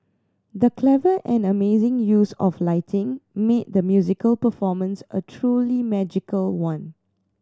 the clever and amazing use of lighting made the musical performance a truly magical one